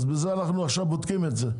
אז אנחנו בודקים את זה.